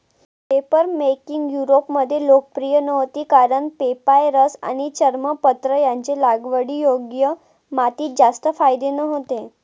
papermaking युरोपमध्ये लोकप्रिय नव्हती कारण पेपायरस आणि चर्मपत्र यांचे लागवडीयोग्य मातीत जास्त फायदे नव्हते